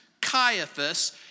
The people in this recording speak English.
Caiaphas